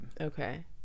Okay